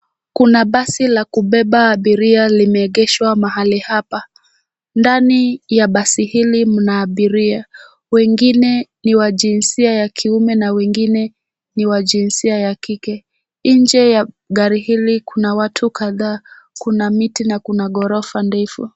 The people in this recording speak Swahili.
Kuna basi la kubeba abiria limeegeshwa mahali hapa. ndani ya basi hili mna abiria. Wengine ni wa jinsia ya kiume na wengine ni wa jinsia ya kike. nje ya gari hili kuna watu kadhaa, kuna miti na kuna ghorofa ndefu.